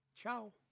Ciao